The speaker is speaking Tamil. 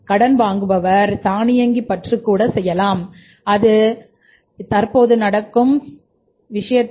கடன்வாங்குபவர் தானியங்கி பற்று கூட செய்யலாம் இதுதான் தற்போது நடக்கும் சமீபத்திய விஷயம்